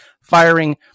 firing